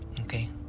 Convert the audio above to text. okay